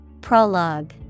Prologue